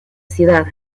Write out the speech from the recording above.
ciudad